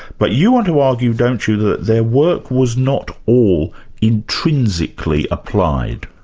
but you want to argue don't you, that their work was not all intrinsically applied?